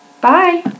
Bye